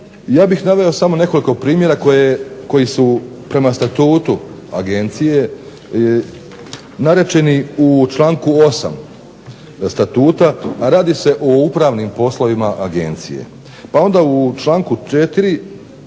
Ja bih naveo samo nekoliko primjera koji su prema statutu agencije narečeni u članku 8. statuta, a radi se o upravnim poslovima agencije. Pa onda u članku